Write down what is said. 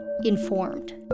informed